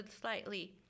slightly